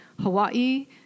Hawaii